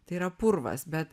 tai yra purvas bet